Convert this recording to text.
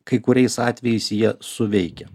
kai kuriais atvejais jie suveikia